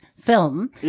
film